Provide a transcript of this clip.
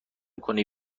کنی